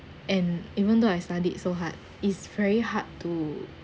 and even though I studied so hard is very hard to